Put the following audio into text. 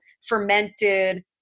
fermented